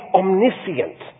omniscient